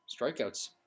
strikeouts